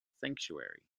sanctuary